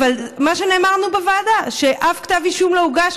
מה שנאמר לנו בוועדה זה שאף כתב אישום לא הוגש.